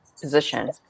position